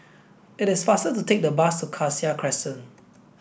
it is faster to take the bus to Cassia Crescent